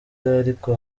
ariko